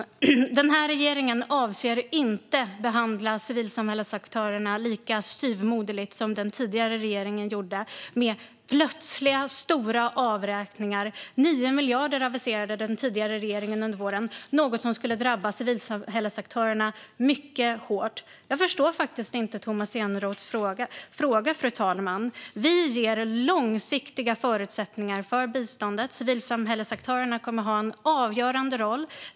Fru talman! Den här regeringen avser inte att behandla civilsamhällesaktörerna lika styvmoderligt som den tidigare regeringen gjorde med plötsliga stora avräkningar. Den tidigare regeringen aviserade 9 miljarder under våren - något som skulle drabba civilsamhällesaktörerna mycket hårt. Fru talman! Jag förstår faktiskt inte Tomas Eneroths fråga. Vi ger långsiktiga förutsättningar för biståndet. Civilsamhällesaktörerna kommer att ha en avgörande roll.